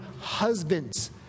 husbands